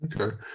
okay